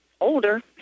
older